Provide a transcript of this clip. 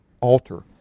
alter